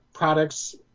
products